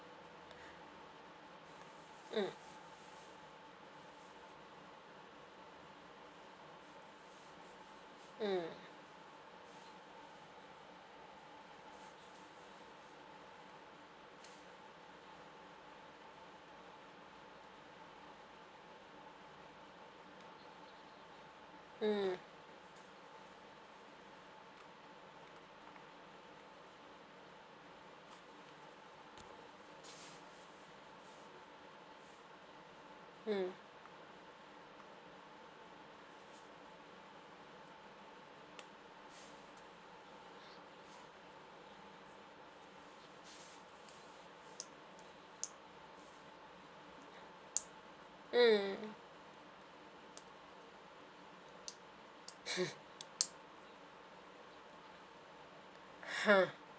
mm mm mm mm mm ha